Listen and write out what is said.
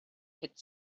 could